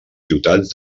ciutats